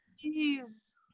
please